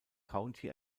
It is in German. county